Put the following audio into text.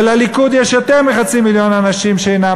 ולליכוד יש יותר מחצי מיליון אנשים שאינם